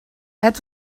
het